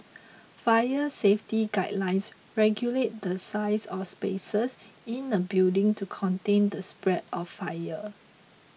fire safety guidelines regulate the size of spaces in a building to contain the spread of fire